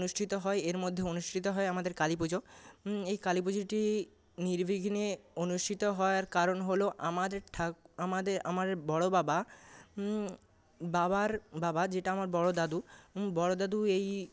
অনুষ্ঠিত হয় এর মধ্যে অনুষ্ঠিত হয় আমাদের কালীপুজো এই কালীপুজোটি নির্বিঘ্নে অনুষ্ঠিত হওয়ার কারণ হল আমার ঠাকুর আমাদের আমার বড় বাবা বাবার বাবা যেটা আমার বড় দাদু বড় দাদু এই